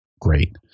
Great